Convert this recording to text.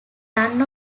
run